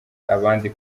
abandi